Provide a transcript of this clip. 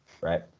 right